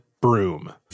broom